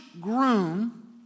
groom